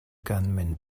gunman